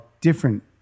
different